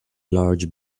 large